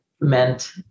meant